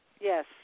Yes